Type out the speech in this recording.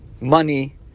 money